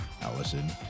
Allison